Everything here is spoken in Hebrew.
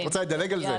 את רוצה לדלג על זה.